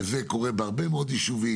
וזה קורה בהרבה מאוד יישובים,